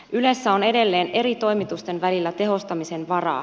ylessä on edelleen eri toimitusten välillä tehostamisen varaa